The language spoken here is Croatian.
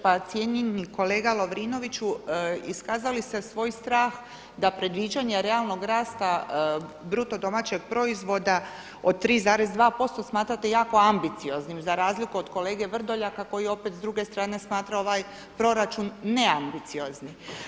Pa cijenjeni kolega Lovrinoviću, iskazali ste svoj strah da predviđanja realnog rasta bruto domaćeg proizvoda od 3,2% smatrate jako ambicioznim za razliku od kolege Vrdoljaka koji opet s druge strane smatra ovaj proračun neambiciozni.